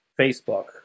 Facebook